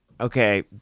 okay